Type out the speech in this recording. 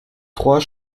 trois